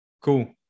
Cool